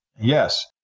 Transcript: Yes